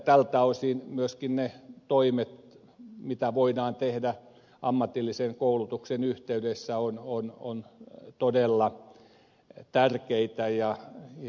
tältä osin myöskin ne toimet mitä voidaan tehdä ammatillisen koulutuksen yhteydessä ovat todella tärkeitä